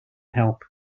help